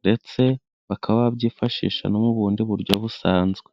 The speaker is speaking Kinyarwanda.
ndetse bakaba babyifashisha no mu bundi buryo busanzwe.